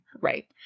Right